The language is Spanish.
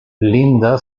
linda